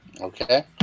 Okay